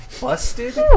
busted